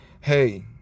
Hey